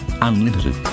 Unlimited